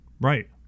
Right